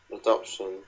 Adoption